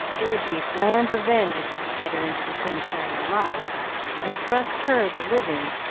it would be a grand revenge if he could get her into the cemetery alive and thrust her, the living,